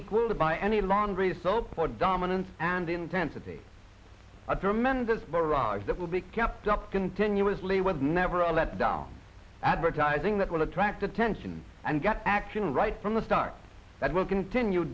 equal to buy any laundry soap for dominance and intensity a tremendous barrage that will be kept up continuously was never a letdown advertising that will attract attention and get action right from the start that will continue